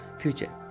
future